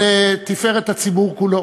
לתפארת הציבור כולו,